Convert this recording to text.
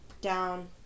down